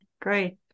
great